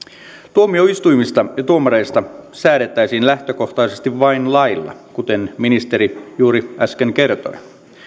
tuomioistuimista ja tuomareista säädettäisiin lähtökohtaisesti vain lailla kuten ministeri juuri äsken kertoi